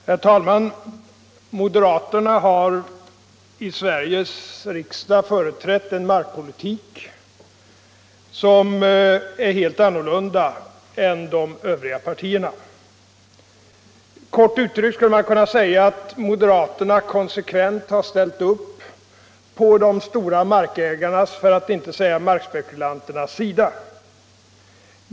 Herr talman! Moderaterna har i Sveriges riksdag företrätt en helt annan markpolitik än de övriga partierna. Kort uttryckt skulle man kunna säga att moderaterna konsekvent har ställt upp på de stora markägarnas, för att inte säga markspekulanternas, sida.